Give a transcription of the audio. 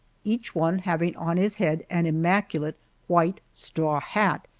each one having on his head an immaculate white straw hat,